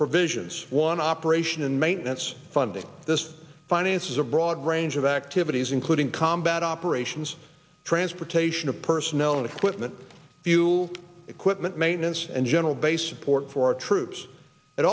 provisions one operation and maintenance funding this finances a broad range of activities including combat operations transportation of personnel and equipment you equipment maintenance and general base support for our troops but